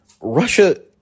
Russia